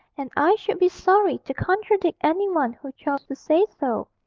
and i should be sorry to contradict any one who chose to say so.